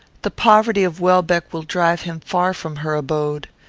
the poverty of welbeck will drive him far from her abode.